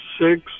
six